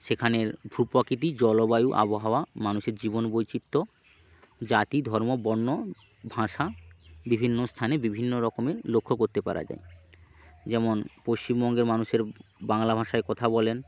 সেখানের ভূপ্রকৃতি জলবায়ু আবহাওয়া মানুষের জীবন বৈচিত্র জাতি ধর্ম বর্ণ ভাষা বিভিন্ন স্থানে বিভিন্ন রকমের লক্ষ্য করতে পারা যায় যেমন পশ্চিমবঙ্গের মানুষের বাংলা ভাষায় কথা বলেন